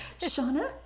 Shauna